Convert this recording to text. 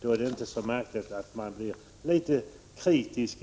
Då är det inte så märkligt att man blir kritisk